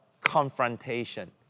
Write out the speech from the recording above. confrontation